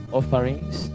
offerings